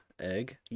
Egg